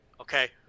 okay